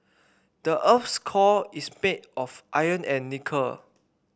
the earth's core is made of iron and nickel